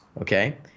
Okay